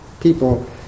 people